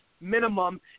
minimum